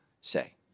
say